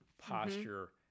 posture